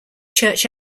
church